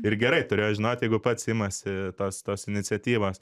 ir gerai turėjo žinot jeigu pats imasi tos tos iniciatyvos